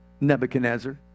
Nebuchadnezzar